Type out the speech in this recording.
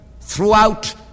throughout